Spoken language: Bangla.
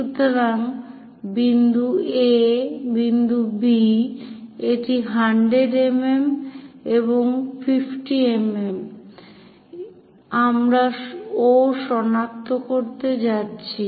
সুতরাং বিন্দু A বিন্দু B এটি 100 mm এবং 50 mm এ আমরা O সনাক্ত করতে যাচ্ছি